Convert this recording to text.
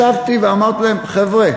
ישבתי ואמרתי להם: חבר'ה,